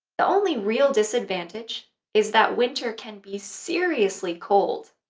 the only real disadvantage is that winter can be seriously cold!